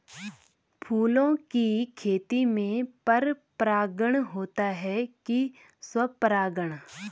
फूलों की खेती में पर परागण होता है कि स्वपरागण?